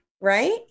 Right